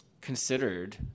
considered